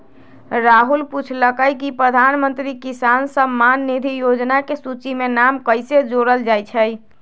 राहुल पूछलकई कि प्रधानमंत्री किसान सम्मान निधि योजना के सूची में नाम कईसे जोरल जाई छई